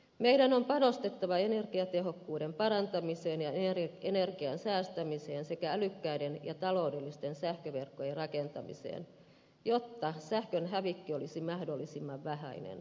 meidän on panostettava energiatehokkuuden parantamiseen ja energian säästämiseen sekä älykkäiden ja taloudellisten sähköverkkojen rakentamiseen jotta sähkön hävikki olisi mahdollisimman vähäinen